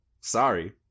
sorry